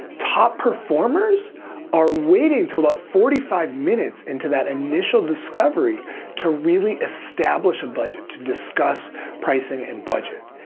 top performers are waiting til about forty five minutes into that initial discovery to really establish a budget, to discuss pricing and budget.